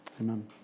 amen